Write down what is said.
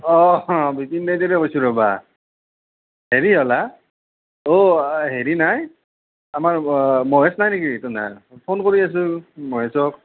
অঁ হ বিপিন দাইটিৰে কৈছোঁ ৰ'বা হেৰি হ'ল হে অঁ হেৰি নাই আমাৰ মহেশ নাই নেকি তোহনাই ফোন কৰি আছোঁ মহেশক